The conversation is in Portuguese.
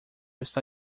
está